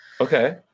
Okay